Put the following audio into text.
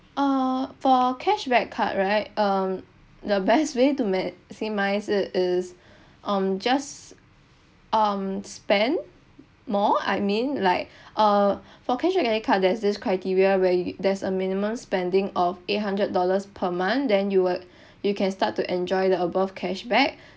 uh for our cashback card right um the best way to maximise it is um just um spend more I mean like uh for cashback credit card there's this criteria where you there's a minimum spending of eight hundred dollars per month then you would you can start to enjoy the above cashback